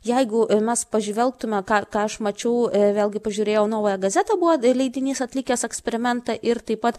jeigu mes pažvelgtume ką ką aš mačiau vėlgi pažiūrėjau novaja gazeta buvo leidinys atlikęs eksperimentą ir taip pat